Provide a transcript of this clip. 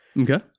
okay